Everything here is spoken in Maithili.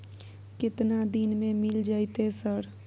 केतना दिन में मिल जयते सर?